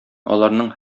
аларның